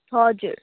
हजुर